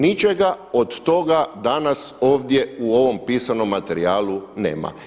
Ničega od toga danas ovdje u ovom pisanom materijalu nema.